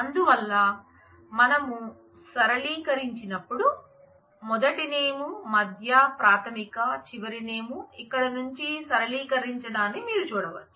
అందువల్ల మనం సరళీకరించినప్పుడు మనం మొదటి నేమ్ మధ్య ప్రాథమిక చివరి నేమ్ ఇక్కడ నుంచి సరళీకరించడాన్ని మీరు చూడవచ్చు